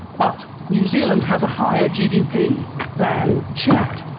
but new zealand has a higher gdp than chad!